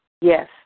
Yes